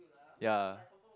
ya